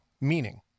Meaning